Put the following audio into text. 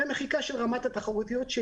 ומחיקה של רמת התחרותיות,